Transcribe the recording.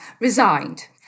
resigned